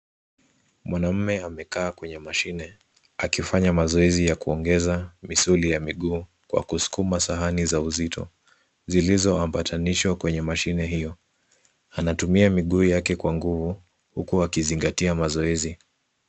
Mwanamume amekaaa kwenye mashine akifanya mazoezi ya kuongeza misuli ya miguu kwa kusukuma sahani za uzito zilizoambatanishwa kwenye mashine hio. Anatumia miguu yake kwa nguvu huku akizingatia mazoezi.